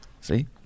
See